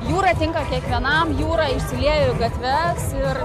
jūra tinka kiekvienam jūra išsiliejo į gatves ir